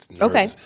Okay